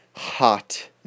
hot